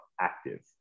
active